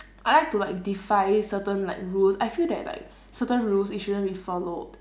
I like to like defy certain like rules I feel that like certain rules it shouldn't be followed